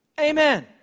Amen